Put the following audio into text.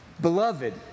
beloved